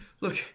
Look